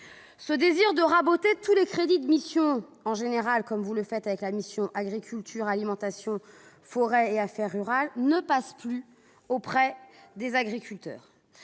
Ce désir de raboter en général tous les crédits des missions, comme vous le faites avec la mission « Agriculture, alimentation, forêt et affaires rurales », ne passe plus auprès des agriculteurs.